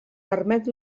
permet